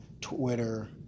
Twitter